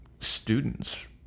students